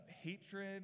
hatred